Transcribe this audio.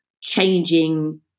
changing